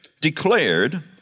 declared